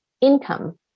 income